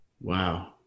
wow